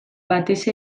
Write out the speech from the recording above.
batez